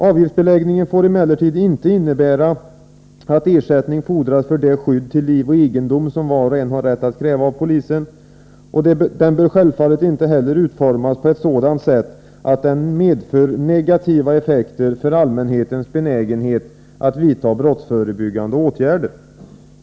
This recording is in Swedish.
Avgiftsbeläggningen får emellertid inte innebära att ersättning fordras för det skydd till liv och egendom som var och en har rätt att kräva av polisen. Den bör självfallet inte heller utformas på ett sådant sätt att den medför negativa effekter för allmänhetens benägenhet att vidta brottsförebyggande åtgärder.